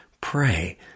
Pray